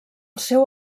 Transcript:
seu